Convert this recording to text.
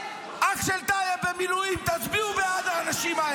אח של טייב במילואים, תצביעו בעד האנשים האלה.